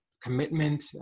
commitment